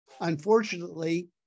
Unfortunately